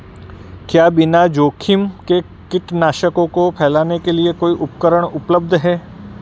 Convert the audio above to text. क्या बिना जोखिम के कीटनाशकों को फैलाने के लिए कोई उपकरण उपलब्ध है?